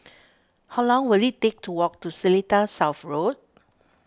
how long will it take to walk to Seletar South Road